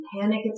panic